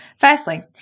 Firstly